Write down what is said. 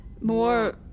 more